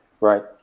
Right